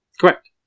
Correct